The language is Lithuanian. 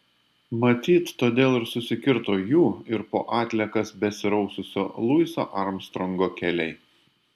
matyt todėl ir susikirto jų ir po atliekas besiraususio luiso armstrongo keliai